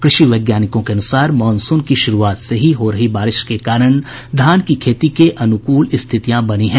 कृषि वैज्ञानिकों के अनुसार मॉनसून की शुरूआत से हीं हो रही बारिश के कारण धान की खेती के अनुकूल स्थितियां बनी हैं